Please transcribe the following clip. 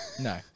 No